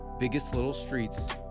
BiggestLittleStreets